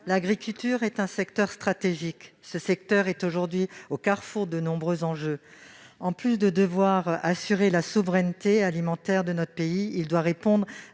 l'agriculture est un secteur stratégique, qui se situe aujourd'hui au carrefour de nombreux enjeux. En plus de devoir assurer notre souveraineté alimentaire, il doit répondre